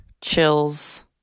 chills